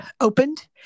opened